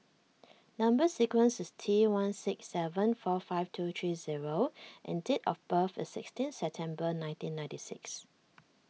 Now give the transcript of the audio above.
Number Sequence is T one six seven four five two three zero and date of birth is sixteen September nineteen ninety six